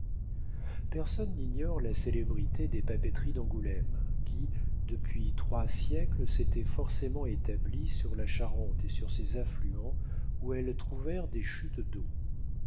personne n'ignore la célébrité des papeteries d'angoulême qui depuis trois siècles s'étaient forcément établies sur la charente et sur ses affluents où elles trouvèrent des chutes d'eau